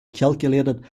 calculated